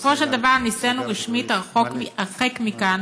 בסופו של דבר נישאנו רשמית הרחק מכאן,